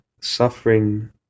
suffering